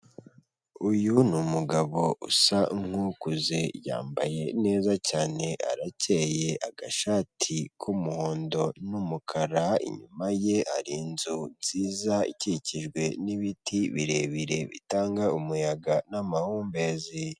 Uyu ni umugabo usa nk'ukuze yambaye neza cyane aracyeye, agashati k'umuhondo n'umukara, inyuma ye hari inzu nziza ikikijwe n'ibiti birebire bitanga umuyaga n'amahumbezi.